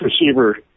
receiver